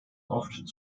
oft